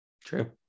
True